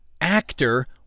Actor